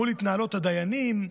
מול התנהלות הדיינים.